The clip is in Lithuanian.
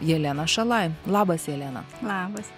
jelena šalajlabas jelena labas